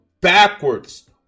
backwards